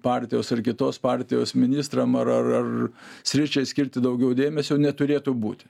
partijos ar kitos partijos ministram ar ar ar sričiai skirti daugiau dėmesio neturėtų būti